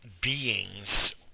beings